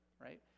right